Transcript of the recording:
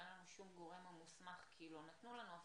אין לנו מידע משום גורם מוסמך על עלייה